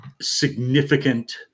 significant